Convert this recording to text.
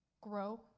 grow